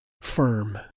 firm